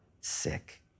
sick